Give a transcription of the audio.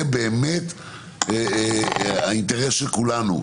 זה האינטרס של כולנו,